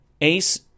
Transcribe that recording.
Ace